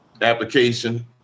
application